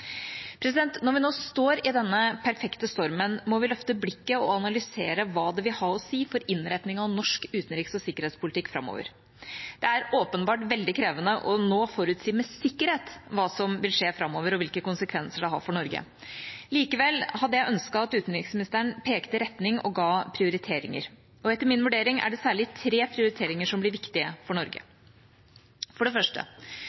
Når vi nå står i denne perfekte stormen, må vi løfte blikket og analysere hva det vil ha å si for innretningen av norsk utenriks- og sikkerhetspolitikk framover. Det er åpenbart veldig krevende nå å forutsi med sikkerhet hva som vil skje framover, og hvilke konsekvenser det har for Norge. Likevel hadde jeg ønsket at utenriksministeren pekte retning og ga prioriteringer. Etter min vurdering er det særlig tre prioriteringer som blir viktige for Norge. For det første: